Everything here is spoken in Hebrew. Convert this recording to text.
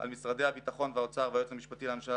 על משרדי הביטחון והאוצר והיועץ המשפטי לממשלה